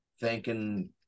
thanking